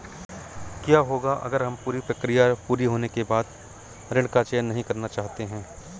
क्या होगा अगर हम पूरी प्रक्रिया पूरी होने के बाद ऋण का चयन नहीं करना चाहते हैं?